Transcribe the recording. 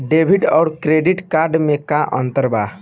Debit आउर credit card मे का अंतर बा?